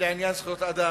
לעניין זכויות אדם.